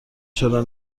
چرا